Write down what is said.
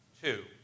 Two